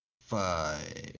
Five